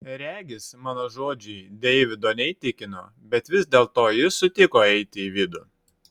regis mano žodžiai deivido neįtikino bet vis dėlto jis sutiko eiti į vidų